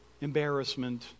embarrassment